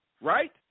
right